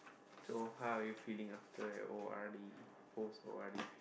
so how are you feeling after your o_r_d post o_r_d